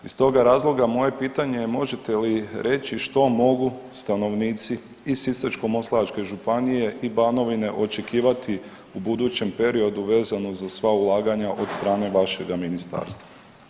Iz toga razloga moje je pitanje možete li reći što mogu stanovnici iz Sisačko-moslavačke županije i Banovine očekivati u budućem periodu vezano za sva ulaganja od strane vašega ministarstva.